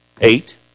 eight